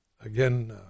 again